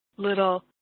little